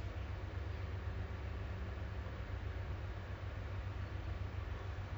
I hope so lah because right now I think there's still local cases kan according to